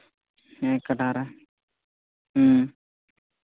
ᱠᱟᱴᱷᱟᱨᱮ ᱦᱮᱸ